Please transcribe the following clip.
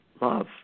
love